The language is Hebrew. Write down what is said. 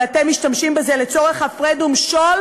אבל אתם משתמשים בזה לצורך הפרד ומשול